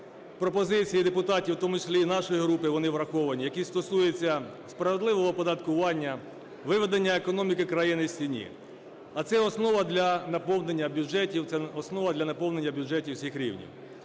пропозиції депутатів, у тому числі і нашої групи, вони враховані, які стосуються справедливого оподаткування, виведення економіки країни з тіні. А це основа для наповнення бюджетів, це основа